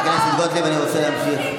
חברת הכנסת גוטליב, אני רוצה להמשיך.